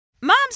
moms